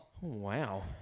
Wow